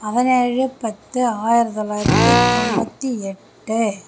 பதினேழு பத்து ஆயிரத்தி தொள்ளாயிரத்தி தொண்ணூற்றி எட்டு